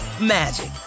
magic